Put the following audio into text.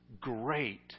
great